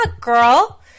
girl